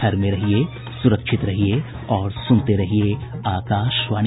घर में रहिये सुरक्षित रहिये और सुनते रहिये आकाशवाणी